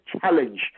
challenge